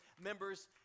members